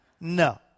No